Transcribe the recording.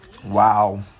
Wow